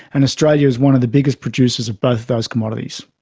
and australia is one of the biggest producers of both those commodities.